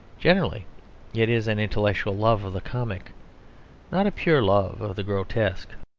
generally it is an intellectual love of the comic not a pure love of the grotesque.